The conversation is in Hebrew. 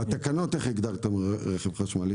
איך הגדרתם בתקנות רכב חשמלי?